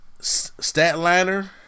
Statliner